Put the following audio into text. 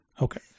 Okay